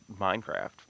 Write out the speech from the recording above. Minecraft